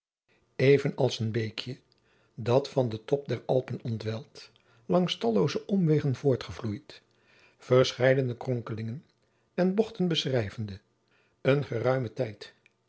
even als een beekje dat van den top der alpen ontweld langs tallooze omwegen voortgevloeid verscheidene kronkelingen en bochten beschrijvende een geruimen tijd